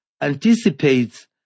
anticipates